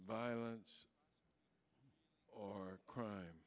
violence or crime